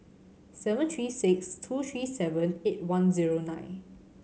seven three six two three seven eight one zero nine